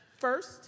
first